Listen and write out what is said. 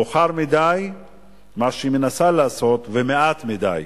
מאוחר מדי מה שהיא מנסה לעשות ומעט מדי.